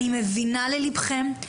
אני מבינה לליבכם.